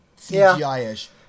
CGI-ish